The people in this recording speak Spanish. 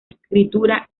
escritura